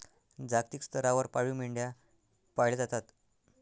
जागतिक स्तरावर पाळीव मेंढ्या पाळल्या जातात